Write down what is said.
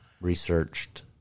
researched